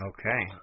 Okay